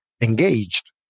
engaged